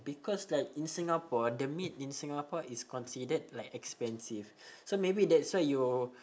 because like in singapore the meat in singapore is considered like expensive so maybe that's why you'll